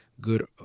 good